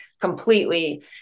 completely